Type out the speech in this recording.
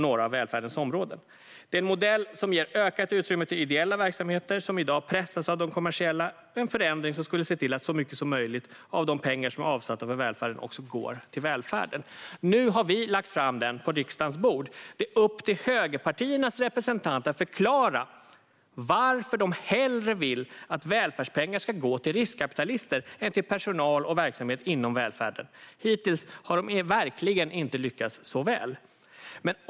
Det är en modell som ger ökat utrymme för ideella verksamheter som i dag pressas av de kommersiella - en förändring som skulle se till att så mycket som möjligt av de pengar som är avsatta för välfärden också går till välfärden. Nu har vi lagt fram denna proposition på riksdagens bord, och det är upp till högerpartiernas representanter att förklara varför de hellre vill att välfärdspengar ska gå till riskkapitalister än till personal och verksamhet inom välfärden. Hittills har de verkligen inte lyckats så väl.